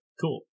cool